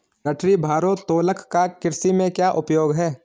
गठरी भारोत्तोलक का कृषि में क्या उपयोग है?